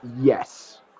yes